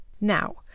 Now